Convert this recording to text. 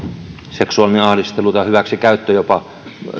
seksuaalinen ahdistelu tai jopa